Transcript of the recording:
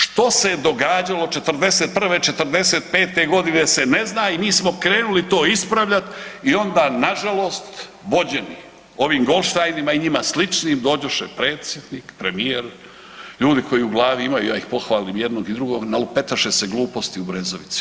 Što se je događalo '41., '45.g. se ne zna i mi smo krenuli to ispravljat i onda nažalost vođeni ovim Glodsteinima i njima sličnim dođoše predsjednik, premijer, ljudi koji u glavi imaju ja ih pohvalim jednog i drugog, nalupetaše se gluposti u Brezovici.